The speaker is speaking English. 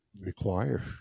require